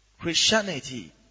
Christianity